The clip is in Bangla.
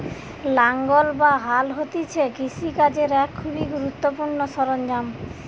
লাঙ্গল বা হাল হতিছে কৃষি কাজের এক খুবই গুরুত্বপূর্ণ সরঞ্জাম